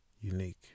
unique